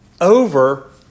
over